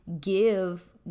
give